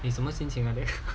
你什么心情那边